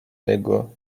niego